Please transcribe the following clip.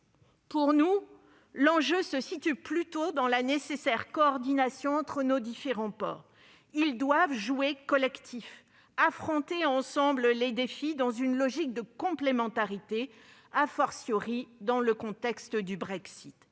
Pour nous, l'enjeu se situe plutôt dans la nécessaire coordination entre nos différents ports. Ils doivent jouer collectif, affronter ensemble les défis, dans une logique de complémentarité, dans le contexte du Brexit.